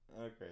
Okay